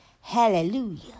hallelujah